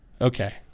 Okay